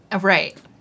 Right